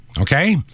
Okay